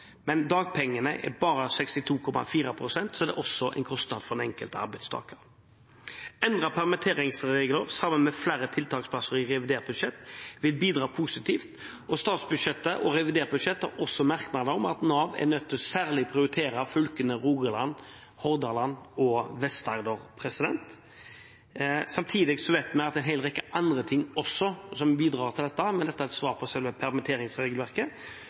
men dagpengene er bare 62,4 pst., så det er også en kostnad for den enkelte arbeidstaker. Endrede permitteringsregler sammen med flere tiltaksplasser i revidert budsjett vil bidra positivt. Statsbudsjettet og revidert budsjett har også merknader om at Nav er nødt til særlig å prioritere fylkene Rogaland, Hordaland og Vest-Agder. Samtidig vet vi at en hel rekke andre ting også bidrar til dette, men dette er et svar på selve permitteringsregelverket.